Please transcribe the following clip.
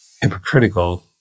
hypocritical